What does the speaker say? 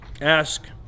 ask